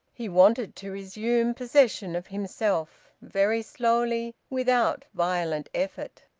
he wanted to resume possession of himself, very slowly, without violent effort.